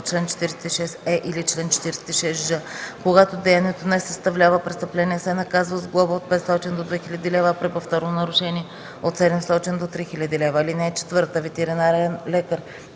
чл. 46е или чл. 46ж, когато деянието не съставлява престъпление, се наказва с глоба от 500 до 2000 лв., а при повторно нарушение – от 700 до 3000 лв. (4) Ветеринарен лекар,